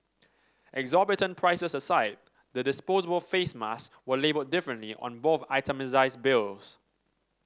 exorbitant prices aside the disposable face mask were labelled differently on both itemised bills